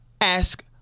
Ask